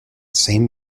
same